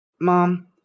mom